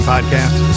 podcast